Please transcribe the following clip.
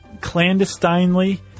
clandestinely